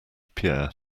pierre